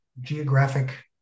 geographic